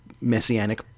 messianic